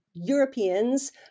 Europeans